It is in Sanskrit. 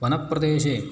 वनप्रदेशे